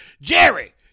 Jerry